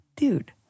Dude